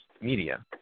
media